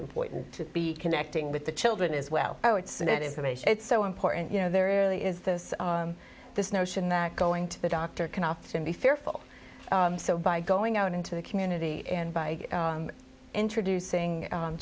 important to be connecting with the children as well oh it's an it is so important you know there are the is this this notion that going to the doctor can often be fearful so by going out into the community and by introducing